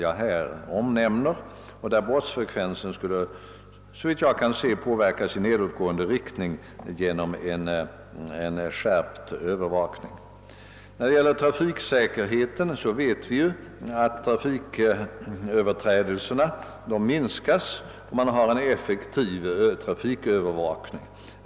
I dessa fall skulle alltså, såvitt jag kan se, brottsfrekvensen kunna minskas genom en skärpt övervakning. När det gäller trafiksäkerheten vet vi att trafiköverträdelserna minskas, om man har en effektiv trafikövervakning.